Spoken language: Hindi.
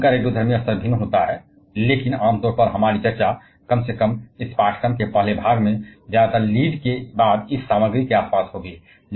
बेशक उनका रेडियोधर्मी स्तर भिन्न होता है लेकिन आम तौर पर हमारी चर्चा कम से कम इस पाठ्यक्रम के पहले भाग में ज्यादातर लीड के बाद इस सामग्री के आसपास होगी